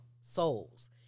souls